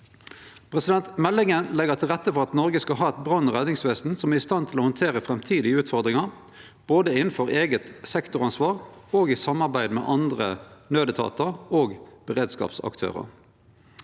beredskapen. Meldinga legg til rette for at Noreg skal ha eit brannog redningsvesen som er i stand til å handtere framtidige utfordringar både innanfor eige sektoransvar og i samarbeid med andre naudetatar og beredskapsaktørar.